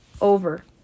Over